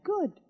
good